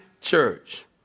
church